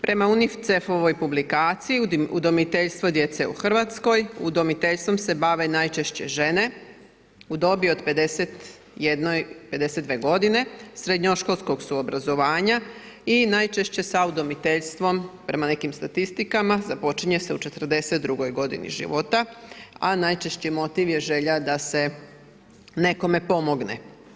Prema UNICEF-oj publikaciji udomiteljstvo djece u Hrvatskoj, udomiteljstvom se bave najčešće žene u dobi od 51, 52 godine, srednjoškolskog su obrazovanja i najčešće sa udomiteljstvom prema nekim statistikama započinje se u 42 godini života, a najčešći motiv je želja da se nekome pomogne.